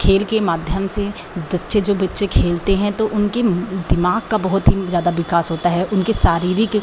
खेल के माध्यम से बच्चे जो बच्चे खेलते हैं तो उनके दिमाग़ का बहुत ही ज़्यादा विकास होता है उनके शारीरिक